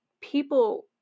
people